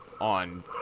on